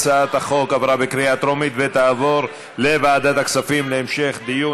הצעת החוק עברה בקריאה טרומית ותעבור לוועדת הכספים להמשך דיון.